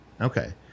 Okay